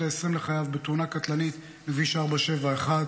העשרים לחייו בתאונה קטלנית בכביש 471,